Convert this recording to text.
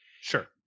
sure